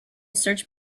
search